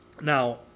Now